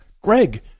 Greg